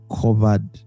covered